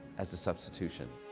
as a substitution?